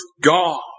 God